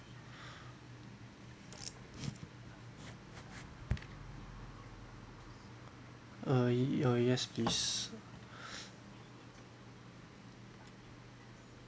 uh your yes please